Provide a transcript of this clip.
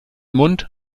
mund